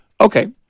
Okay